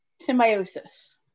symbiosis